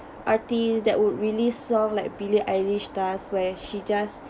artist that would really song like billie eilish does where she just